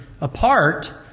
apart